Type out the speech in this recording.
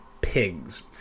pigs